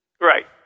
Right